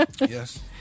Yes